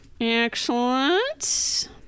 Excellent